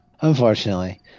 Unfortunately